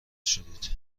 شدید